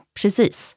precis